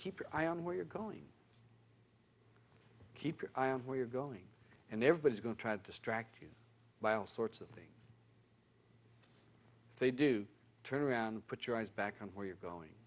keep your eye on where you're going keep an eye and where you're going and everybody's going to try to distract you by all sorts of things they do turn around put your eyes back on where you're going